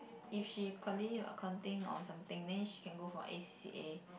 if she continue accounting or something then she can go for A_C_C_A